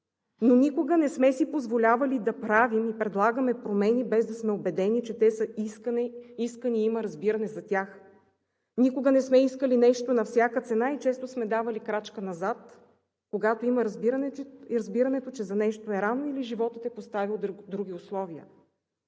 Никога не сме си позволявали да правим и предлагаме промени, без да сме убедени, че те са искани и има разбиране за тях. Никога не сме искали нещо на всяка цена и често сме давали крачка назад, когато има разбирането, че за нещо е рано или животът е поставил други условия.